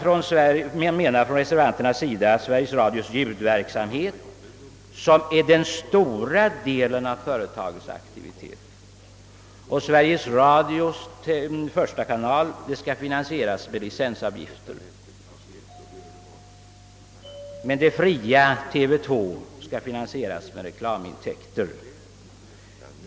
Reservanterna anser att Sveriges Radios ljudradioverksamhet — som är den stora delen av företagets aktivitet — och dess första kanal för TV skall finansieras med licensavgifter men det fria TV 2 med reklamintäkter.